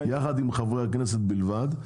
עם חברי הכנסת בלבד.